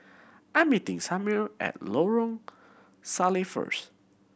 I'm meeting Samir at Lorong Salleh first